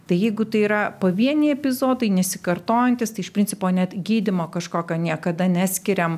tai jeigu tai yra pavieniai epizodai nesikartojantys tai iš principo net gydymo kažkokio niekada neskiriam